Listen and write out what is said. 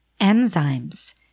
enzymes